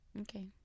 Okay